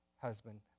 husband